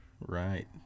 Right